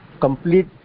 complete